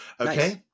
okay